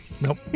Nope